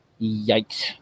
Yikes